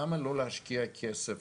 למה לא להשקיע כסף